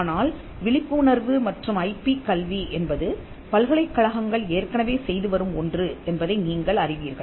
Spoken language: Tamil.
ஆனால் விழிப்புணர்வு மற்றும் ஐபி கல்வி என்பது பல்கலைக்கழகங்கள் ஏற்கனவே செய்து வரும் ஒன்று என்பதை நீங்கள் அறிவீர்கள்